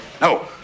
No